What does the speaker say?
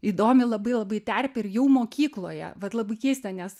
įdomi labai labai terpė ir jau mokykloje vat labai keista nes